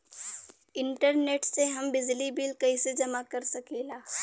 Internet से हम बिजली बिल कइसे जमा कर सकी ला?